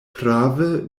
prave